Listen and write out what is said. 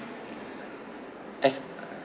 S